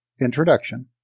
introduction